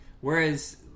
Whereas